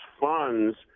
funds